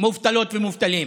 מובטלות ומובטלים.